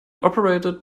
operated